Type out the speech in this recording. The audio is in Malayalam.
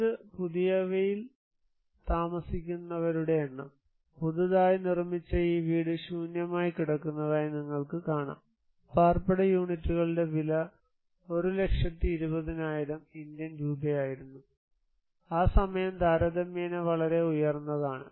ഇത് പുതിയവയിൽ താമസിക്കുന്നവരുടെ എണ്ണം പുതിയതായി നിർമ്മിച്ച ഈ വീട് ശൂന്യമായി കിടക്കുന്നതായി നിങ്ങൾക്ക് കാണാം പാർപ്പിട യൂണിറ്റുകളുടെ വില 120000 ഇന്ത്യൻ രൂപയായിരുന്നു ആ സമയം താരതമ്യേന വളരെ ഉയർന്നതാണ്